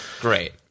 great